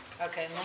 Okay